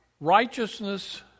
Righteousness